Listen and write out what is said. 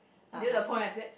until the point I said